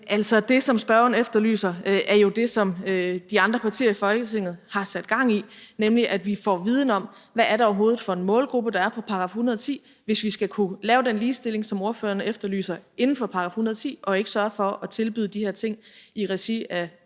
Det, som spørgeren efterlyser, er jo det, som de andre partier i Folketinget har sat gang i, nemlig at vi får viden om, hvad det overhovedet er for en målgruppe, der er for § 110. Hvis vi skal kunne lave den ligestilling, som spørgeren efterlyser, inden for § 110 og ikke sørge for at tilbyde de her ting i regi af